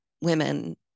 women